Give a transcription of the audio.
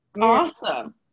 Awesome